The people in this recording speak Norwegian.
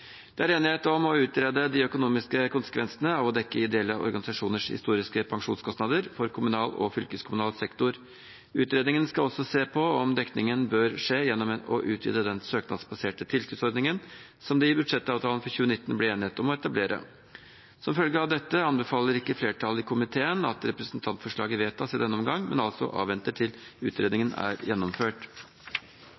Det er enighet om å utrede de økonomiske konsekvensene av å dekke ideelle organisasjoners historiske pensjonskostnader for kommunal og fylkeskommunal sektor. Utredningen skal også se på om dekningen bør skje gjennom å utvide den søknadsbaserte tilskuddsordningen som det i budsjettavtalen for 2019 ble enighet om å etablere. Som følge av dette anbefaler ikke flertallet i komiteen at representantforslaget vedtas i denne omgang, men vil vente til